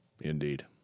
Indeed